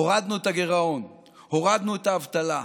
הורדנו את הגירעון, הורדנו את האבטלה.